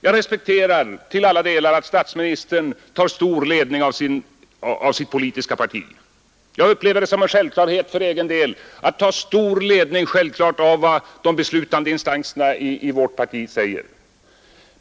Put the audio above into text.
Jag respekterar till alla delar att statsministern i stor utsträckning tar ledning från sitt parti. Jag upplever det för egen del som en självklarhet alt i stor utsträckning vägledas av vad de beslutande instanserna i vårt parti säger.